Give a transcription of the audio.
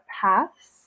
paths